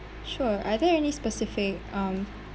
sure are there any specific um